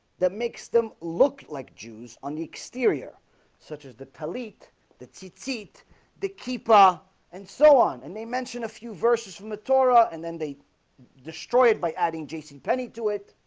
that makes them look like jews on the exterior such as the palete that's eat eat the keeper and so on and they mention a few verses from the torah and then they destroy it by adding jcpenney to it